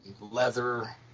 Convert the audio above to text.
leather